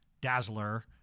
Dazzler